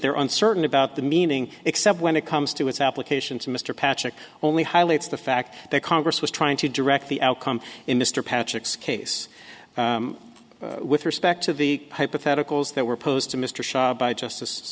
they're uncertain about the meaning except when it comes to its application to mr patrick only highlights the fact that congress was trying to direct the outcome in mr patrick's case with respect to the hypotheticals that were posed to mr shah by justice